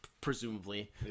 presumably